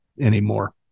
anymore